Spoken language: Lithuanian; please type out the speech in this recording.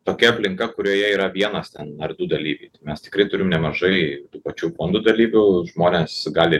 tokia aplinka kurioje yra vienas ar du dalyviai tai mes tikrai turim nemažai tų pačių fondų dalyvių žmonės gali